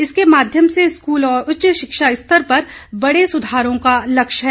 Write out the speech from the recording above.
इसके माध्यम से स्कूल और उच्च शिक्षा स्तर पर बडे सुधारों का लक्ष्य है